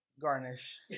garnish